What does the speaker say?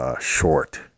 short